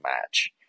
match